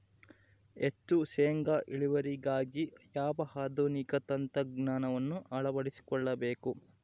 ಹೆಚ್ಚು ಶೇಂಗಾ ಇಳುವರಿಗಾಗಿ ಯಾವ ಆಧುನಿಕ ತಂತ್ರಜ್ಞಾನವನ್ನು ಅಳವಡಿಸಿಕೊಳ್ಳಬೇಕು?